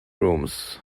rooms